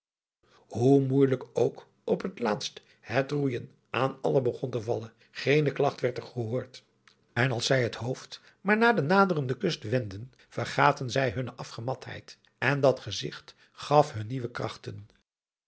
hoe moeijelijk ook op het laatst het roeijen aan allen begon te vallen geene klagt werd er gehoord en als zij het hoofd maar naar de naderende kust wendden vergaten zij hunne afgematheid en dat gezigt gaf hun nieuwe krachten